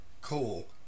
Cool